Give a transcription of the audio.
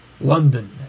London